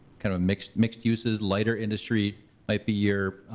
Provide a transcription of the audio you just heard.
kind of mixed mixed uses, lighter industry might be your